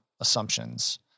assumptions